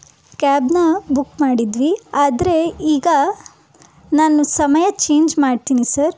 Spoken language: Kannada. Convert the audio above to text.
ಕ್ಯಾಬನ್ನ ಬುಕ್ ಮಾಡಿದ್ವಿ ಆದರೆ ಈಗ ನಾನು ಸಮಯ ಚೇಂಜ್ ಮಾಡ್ತೀನಿ ಸರ್